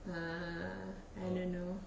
ah I don't know